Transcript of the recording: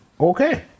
Okay